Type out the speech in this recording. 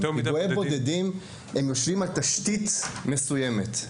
פיגועים כאלה יושבים על תשתית מסוימת.